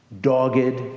dogged